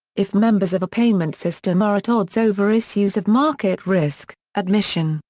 if members of a payment system are at odds over issues of market risk, admission,